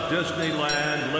Disneyland